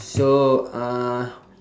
so uh